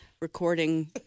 recording